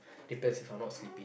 depends if I'm not sleepy